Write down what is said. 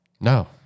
no